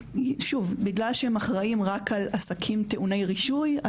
בגלל שהם אחראים רק על עסקים טעוני רישוי,